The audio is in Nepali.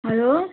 हेलो